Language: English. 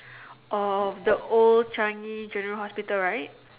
of the old Changi general hospital right